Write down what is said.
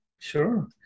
Sure